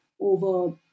over